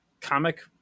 comic